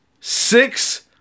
six